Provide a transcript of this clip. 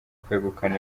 kwegukana